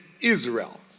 Israel